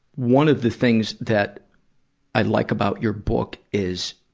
one of the things that i like about your book is,